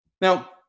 Now